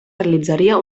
realitzaria